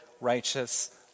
righteous